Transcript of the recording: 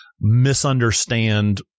misunderstand